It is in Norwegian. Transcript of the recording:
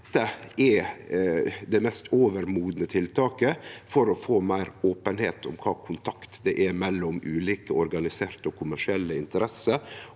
Dette er det mest overmodne tiltaket for å få meir openheit om kva kontakt det er mellom ulike organiserte og kommersielle interesser